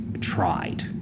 tried